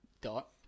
Dot